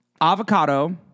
Avocado